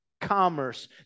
commerce